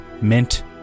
meant